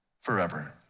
forever